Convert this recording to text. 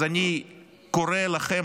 אז אני קורא לכם,